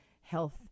Health